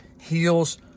heals